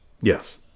Yes